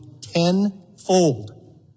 tenfold